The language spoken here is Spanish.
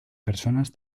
personas